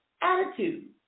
attitude